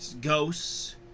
ghosts